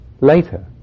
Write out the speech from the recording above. later